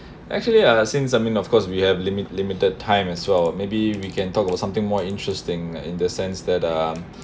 actually I since I mean of course we have limit limited time as well maybe we can talk about something more interesting in the sense that um